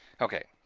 okay.